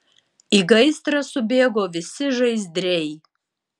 į gaisrą subėgo visi žaizdriai